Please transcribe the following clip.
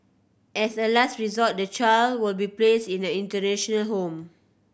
as a last resort the child will be place in the institutional home